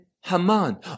Haman